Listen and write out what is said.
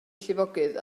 llifogydd